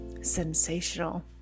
sensational